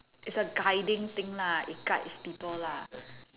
it's a guiding thing lah it guides people lah